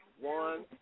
One